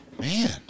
man